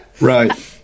Right